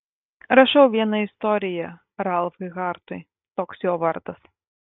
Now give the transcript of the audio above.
rašau vieną istoriją ralfai hartui toks jo vardas